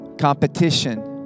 competition